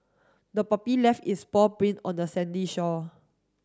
the puppy left its paw print on the sandy shore